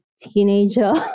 teenager